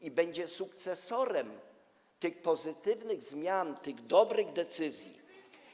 i będzie sukcesorem tych pozytywnych zmian, tych dobrych decyzji.